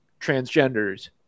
transgenders